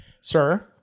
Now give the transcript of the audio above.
Sir